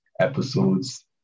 episodes